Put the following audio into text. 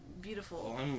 beautiful